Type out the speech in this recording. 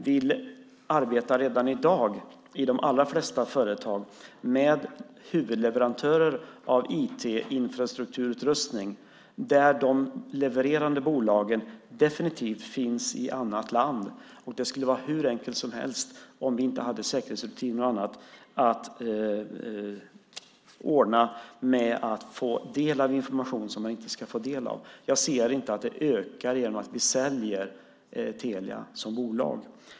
Vi arbetar redan i dag, i de allra flesta företag, med huvudleverantörer av IT-infrastrukturutrustning där de levererande bolagen definitivt finns i annat land. Det skulle vara hur enkelt som helst, om vi inte hade säkerhetsrutiner och annat, att ordna så att man får del av information som man inte ska få del av. Jag ser inte att detta ökar genom att vi säljer Telia som bolag.